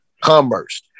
commerce